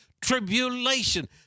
tribulation